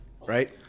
Right